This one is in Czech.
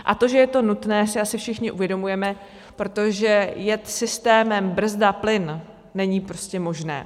A to, že je to nutné, si asi všichni uvědomujeme, protože jet systémem brzda plyn není prostě možné.